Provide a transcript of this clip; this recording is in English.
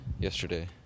yesterday